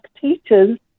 teachers